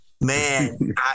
Man